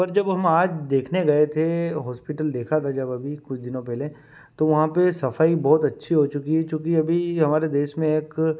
पर जब हम आज देखने गए थे हॉस्पिटल देखा था जब अभी कुछ दिनों पहले तो वहाँ पर सफाई बहुत अच्छी हो चुकी चूँकि अभी हमारे देश में एक